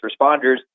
responders